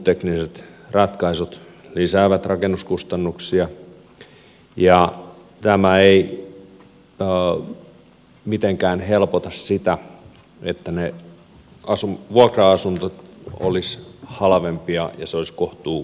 tekniset ratkaisut lisäävät rakennuskustannuksia ja tämä ei mitenkään helpota sitä että ne vuokra asunnot olisivat halvempia ja asuminen olisi kohtuuhintaista